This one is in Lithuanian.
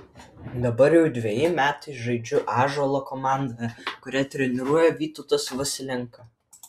dabar jau dveji metai žaidžiu ąžuolo komandoje kurią treniruoja vytautas vasilenka